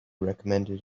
recommended